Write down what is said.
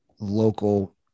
local